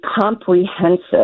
comprehensive